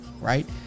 Right